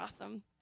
awesome